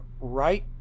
right